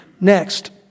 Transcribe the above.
Next